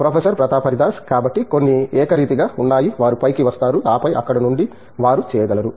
professor Pratap Haridas కాబట్టి కొన్ని ఏకరీతిగా ఉన్నాయి వారు పైకి వస్తారు ఆపై అక్కడ నుండి వారు చేయగలరు